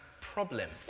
problem